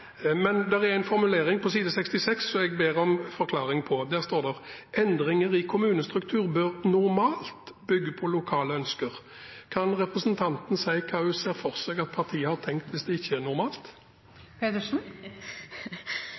Men det er en formulering på side 66 i programmet som jeg ber om forklaring på. Der står det: «Endringer i kommunestrukturen bør normalt bygge på lokale ønsker.» Kan representanten si hva hun ser for seg at partiet har tenkt hvis det ikke er normalt?